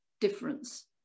difference